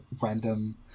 random